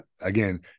again